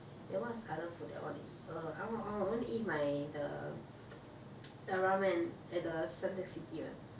then what is other food that I want eat oh I want eat I want eat my the the ramen at the suntec city [one]